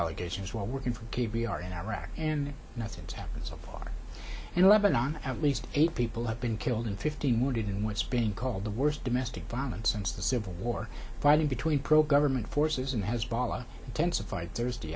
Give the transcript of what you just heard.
allegations while working for k b r in iraq and nothing has happened so far in lebanon at least eight people have been killed and fifteen wounded in what's being called the worst domestic violence since the civil war fighting between pro government forces and hezbollah intensified thursday